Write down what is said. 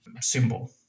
symbol